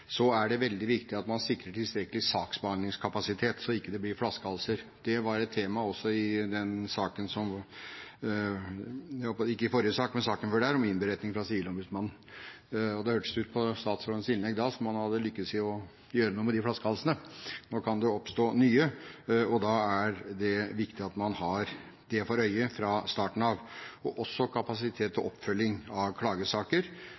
så det ikke blir flaskehalser. Det var et tema også i saken om innberetning fra Ombudsmannsnemnda for Forsvaret. Det hørtes ut på statsrådens innlegg da som om man hadde lyktes med å gjøre noe med de flaskehalsene. Nå kan det oppstå nye, og da er det viktig at man har det for øye fra starten av. Det gjelder også kapasitet ved oppfølging av klagesaker,